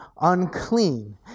unclean